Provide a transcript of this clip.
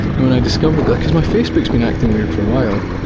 and when i discovered that, cause my facebook's been acting weird for a while.